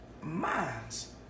minds